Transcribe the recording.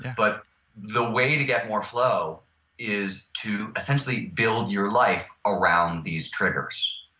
but the way to get more flow is to essentially build your life around these triggers,